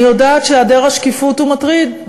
אני יודעת שהיעדר השקיפות מטריד.